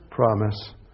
promise